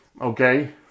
Okay